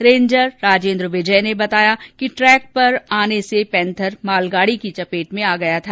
ranger Rajendra Vijay ने बताया कि ट्रैक पर आने से पैंथर मालगाड़ी की चपेट में आ गया था